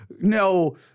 no